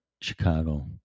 Chicago